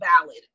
valid